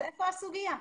אז איפה הסוגיה?